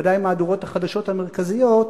בוודאי מהדורות החדשות המרכזיות,